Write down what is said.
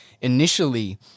Initially